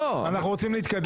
אנחנו רוצים להתקדם.